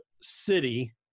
city